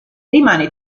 rimane